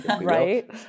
right